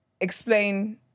explain